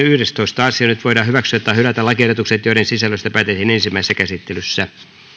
yhdestoista asia nyt voidaan hyväksyä tai hylätä lakiehdotukset joiden sisällöstä päätettiin ensimmäisessä käsittelyssä